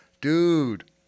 dude